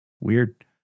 Weird